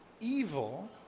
evil